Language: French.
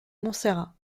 montserrat